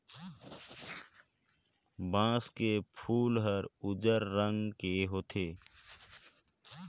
बांस के फूल हर उजर रंग के होथे